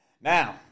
Now